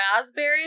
raspberry